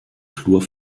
flur